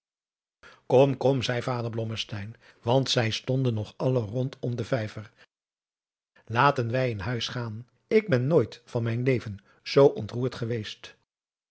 kom kom zeî vader blommesteyn want zij stonden nog alle rondom den vijver laten wij in huis gaan ik ben nooit van mijn leven zoo ontroerd geweest